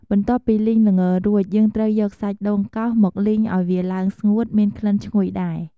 បន្ទាប់ពីលីងល្ងរួច យើងត្រូវយកសាច់ដូងកោសមកលីងឱ្យវាឡើងស្ងួតមានក្លិនឈ្ងុយដែរ។